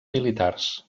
militars